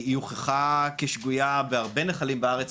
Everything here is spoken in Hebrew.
היא הוכחה כשגויה בהרבה נחלים בארץ,